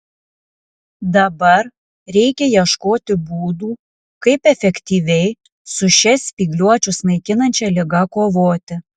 dabar reikia ieškoti būdų kaip efektyviai su šia spygliuočius naikinančia liga kovoti